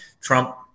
Trump